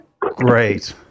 Great